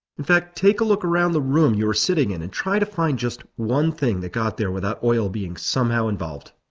in fact, take a look around the room you are sitting in and try to find just one thing that got there without oil being somehow involved.